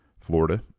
Florida